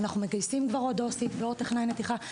אנחנו מגייסים כבר עוד עובדת סוציאלית ועוד טכנאי נתיחה.